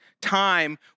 time